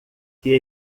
que